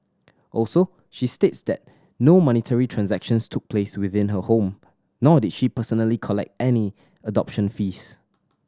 also she states that no monetary transactions took place within her home nor did she personally collect any adoption fees